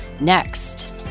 Next